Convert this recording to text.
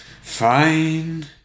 Fine